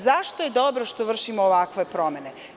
Zašto je dobro što vršimo ovakve promene?